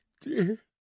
dear